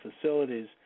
facilities